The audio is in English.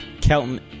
Kelton